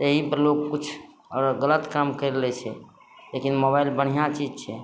तऽ ई पर लोग किछु अगर गलत काम करि लै छै लेकिन मोबाइल बढ़िआँ चीज छै